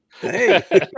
Hey